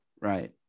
Right